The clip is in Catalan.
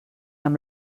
amb